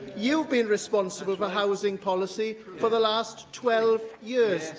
you've been responsible for housing policy for the last twelve years.